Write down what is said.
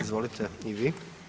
Izvolite i vi.